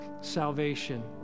salvation